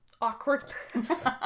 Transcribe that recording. awkwardness